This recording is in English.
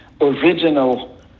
original